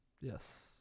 Yes